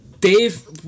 Dave